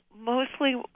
mostly